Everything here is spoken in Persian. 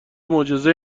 معجزه